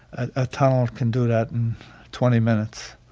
a tunnel can do that in twenty minutes.